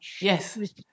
Yes